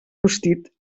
rostit